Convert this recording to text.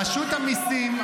--- רשות המיסים,